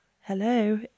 Hello